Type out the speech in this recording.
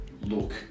look